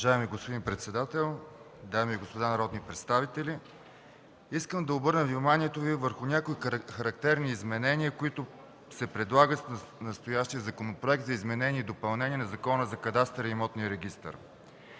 Уважаеми господин председател, дами и господа народни представители! Искам да Ви обърна внимание върху някои характерни изменения, които се предлагат с настоящия Законопроект за изменение и допълнение на Закона за кадастъра и имотния регистър.